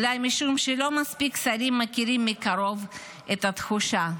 אולי משום שלא מספיק שרים מכירים מקרוב את התחושה.